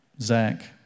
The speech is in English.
Zach